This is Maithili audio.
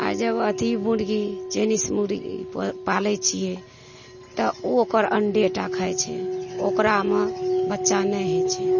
आओर जब अथी मुरगी चाइनिज मुरगी पालै छिए तऽ ओ ओकर अण्डेटा खाए छै ओकरामे बच्चा नहि होइ छै